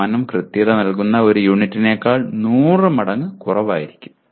05 കൃത്യത നൽകുന്ന ഒരു യൂണിറ്റിനേക്കാൾ 100 മടങ്ങ് കുറവായിരിക്കും